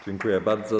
Dziękuję bardzo.